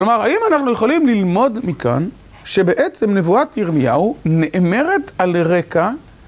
כלומר, האם אנחנו יכולים ללמוד מכאן שבעצם נבואת ירמיהו נאמרת על רקע